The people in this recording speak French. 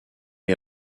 est